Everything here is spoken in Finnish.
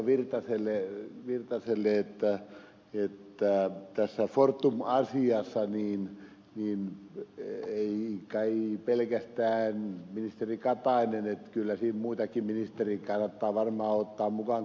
pertti virtaselle että tässä fortum asiassa ei ole esillä kai pelkästään ministeri katainen kyllä siinä muitakin ministereitä kannattaa varmaan ottaa mukaan keskusteluun